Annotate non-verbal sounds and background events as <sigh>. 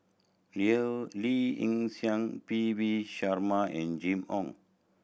<unintelligible> Lee Yi Shyan P V Sharma and Jimmy Ong